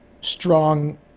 strong